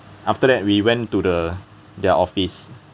after that we went to the their office